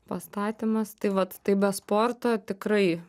pastatymas tai vat tai be sporto tikrai